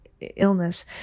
illness